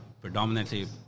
predominantly